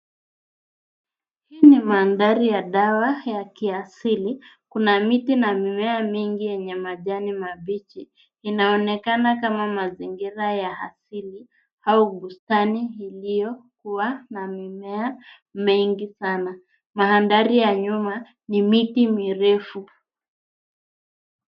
Hii ni mandhari ya dawa ya kiasili. Kuna miti na mimea mingi yenye majani mabichi. Inaonekana kama mazingira ya asili au bustani iliyokua na mimea mengi sana. Mandhari ya nyuma ni miti mirefu.